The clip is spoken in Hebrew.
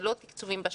זה לא תקצוב בשמיים.